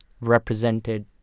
represented